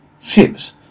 ships